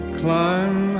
climb